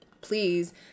please